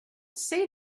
say